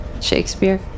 Shakespeare